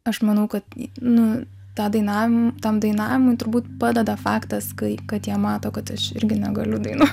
aš manau kad nu tą dainavimą tam dainavimui turbūt padeda faktas kai kad jie mato kad aš irgi negaliu dainuot